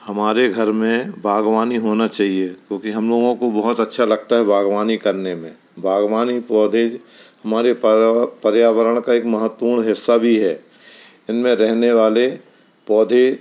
हमारे घर में बागवानी होना चाहिए क्योंकि हम लोगों को बहुत अच्छा लगता है बागवानी करने में बागवानी पौधे हमारे पाराव पर्यावरण का एक महत्वपूर्ण हिस्सा भी है इनमें रहने वाले पौधे